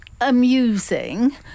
amusing